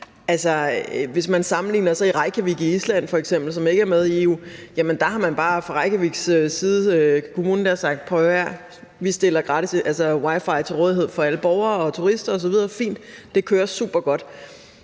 i maks. 1 time. I Reykjavik i Island, som ikke er med i EU, har man sagt: Prøv at høre her, vi stiller wi-fi til rådighed for alle borgere, turister osv., fint, det kører super godt.